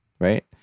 right